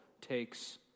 takes